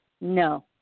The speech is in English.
No